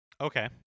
Okay